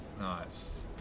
Nice